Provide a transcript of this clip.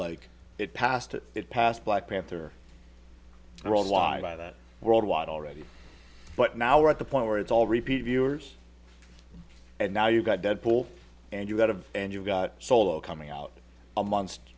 like it passed it passed black panther world wide by that worldwide already but now we're at the point where it's all repeat viewers and now you've got deadpool and you've got of and you've got solo coming out amongst